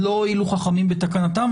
מה הועילו חכמים בתקנתם?